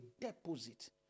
deposit